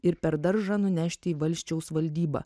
ir per daržą nunešti į valsčiaus valdybą